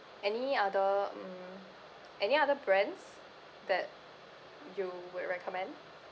any other um any other brands that you would recommend